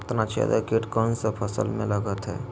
तनाछेदक किट कौन सी फसल में लगता है?